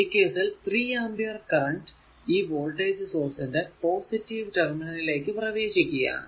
ഈ കേസിൽ 3 ampere current ഈ വോൾടേജ് സോഴ്സ് ന്റെ പോസിറ്റീവ് ടെര്മിനലിലേക്കു പ്രവേശിക്കുകയാണ്